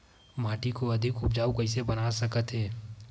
माटी को अधिक उपजाऊ कइसे बना सकत हे?